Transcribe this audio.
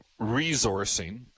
resourcing